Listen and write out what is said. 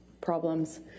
problems